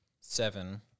seven